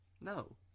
No